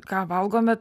ką valgome